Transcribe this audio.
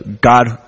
God